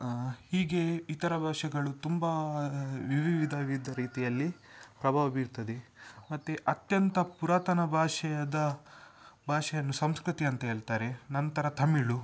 ಹೀಗೇ ಇತರ ಭಾಷೆಗಳು ತುಂಬ ವಿವಿಧ ವಿಧ ರೀತಿಯಲ್ಲಿ ಪ್ರಭಾವ ಬೀರ್ತದೆ ಮತ್ತು ಅತ್ಯಂತ ಪುರಾತನ ಭಾಷೆಯಾದ ಭಾಷೆಯನ್ನು ಸಂಸ್ಕೃತ ಅಂತ ಹೇಳ್ತಾರೆ ನಂತರ ತಮಿಳ್